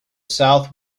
south